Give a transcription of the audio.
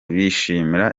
bishimira